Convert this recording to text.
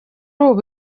ubu